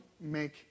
make